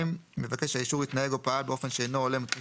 (2)מבקש האישור התנהג או פעל באופן שאינו הולם את מי